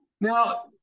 Now